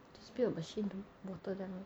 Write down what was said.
just build a machine to water them lor